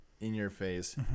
in-your-face